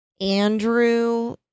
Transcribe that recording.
Andrew